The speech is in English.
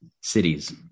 cities